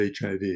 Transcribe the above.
HIV